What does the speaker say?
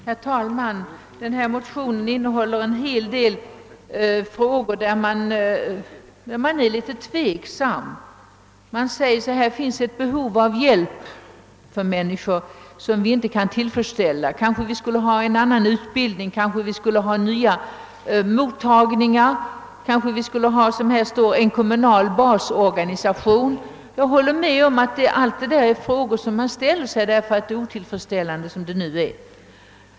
Herr talman! De likalydande motioner som behandlas i förevarande utskottsutlåtande innefattar en hel del frågor där man är litet tveksam. Man säger sig att här föreligger ett behov av hjälp åt människor vilket vi inte kan tillfredsställa — kanske vi skulle ha en annan utbildning, kanske vi skulle ha nya mottagningar, kanske vi skulle ha en, som det står, »kommunal basorganisation». Jag håller med om att allt detta är frågor som kan resas därför att förhållandena nu är otillfredsställande.